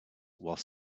while